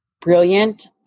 brilliant